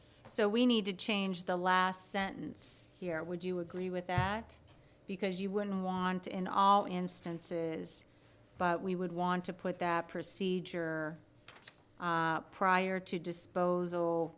so we need to change the last sentence here would you agree with that because you would want in all instances but we would want to put that procedure prior to disposal